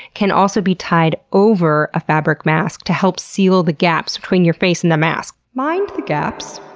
can also be tied over a fabric mask to help seal the gaps between your face and the mask. mind the gaps!